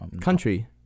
Country